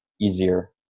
easier